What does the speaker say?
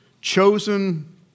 chosen